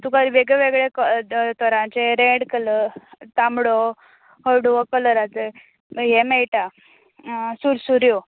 तुका वेगळे वेगळे तरांचे रॅड कलर तांबडो हळडुओ कलराचे ह्ये मेळटा सुरसुऱ्यो